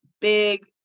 big